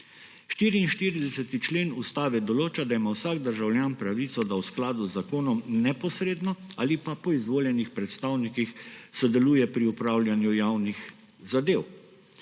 44 člen Ustave določa, da ima vsak državljan pravico, da v skladu z zakonom neposredno ali pa po izvoljenih predstavnikih sodeluje pri upravljanju javnih zadev,